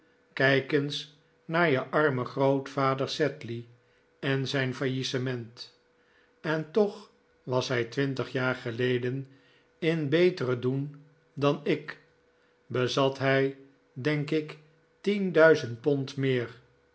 kijk eens naar je armen grootvader sedley en zijn faillissement en toch was hij twintig jaar geleden in beteren doen dan ik bezat hij denk ik tien duizend pond meer